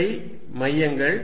இவை மையங்கள்